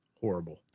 horrible